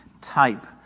type